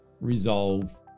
resolve